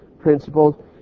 principles